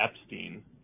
Epstein